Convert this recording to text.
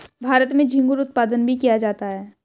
भारत में झींगुर उत्पादन भी किया जाता है